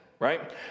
Right